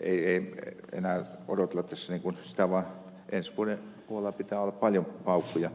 ei enää odotella vaan ensi vuoden puolella pitää olla paljon paukkuja